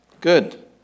Good